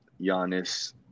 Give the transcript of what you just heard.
Giannis